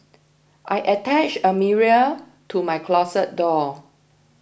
I attached a mirror to my closet door